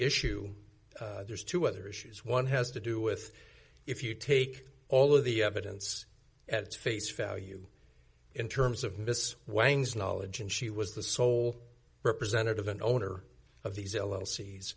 issue there's two other issues one has to do with if you take all of the evidence at face value in terms of miss wang's knowledge and she was the sole representative an owner of these yellow se